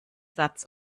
satz